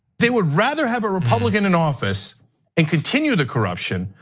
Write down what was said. they would rather have a republican in office and continue the corruption.